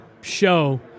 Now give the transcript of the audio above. show